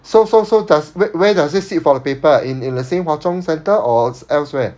so so so does where where does he sit for the paper in in the same hwa chong centre or elsewhere